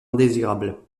indésirables